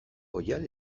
oihal